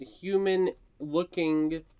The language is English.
human-looking